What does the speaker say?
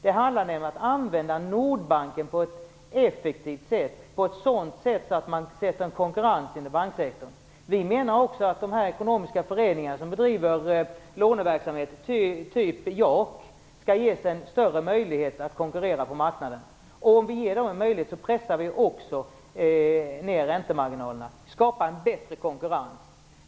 Det handlar om att använda Nordbanken på ett sådant effektivt sätt att man skapar konkurrens i banksektorn. Vi menar också att de ekonomiska föreningarna som bedriver låneverksamhet, t.ex. JAK, skall ges en större möjlighet att konkurrera på marknaden. Om vi ger dem en möjlighet pressar vi också ner räntemarginalerna. Vi skapar bättre konkurrens.